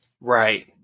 Right